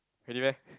really meh